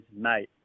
mate